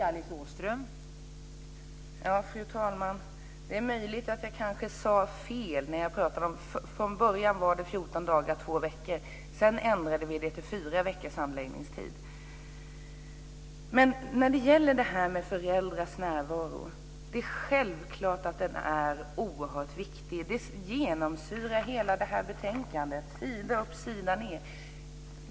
Fru talman! Det är möjligt att jag sade fel. Från början var det 14 dagar, två veckor, och sedan ändrade vi det till fyra veckors handläggningstid. När det gäller föräldrars närvaro är det självklart att den är oerhört viktig. Det genomsyrar hela detta betänkande, sida upp och sida ned.